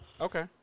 Okay